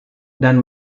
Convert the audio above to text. dan